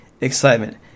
excitement